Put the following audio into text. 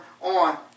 on